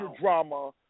drama